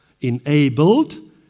enabled